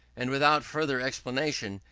and without further explanation,